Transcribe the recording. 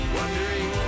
wondering